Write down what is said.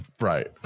Right